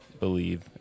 believe